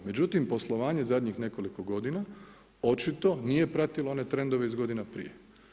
Međutim poslovanje zadnjih nekoliko godina očito nije pratilo one trendove iz godina prije.